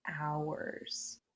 hours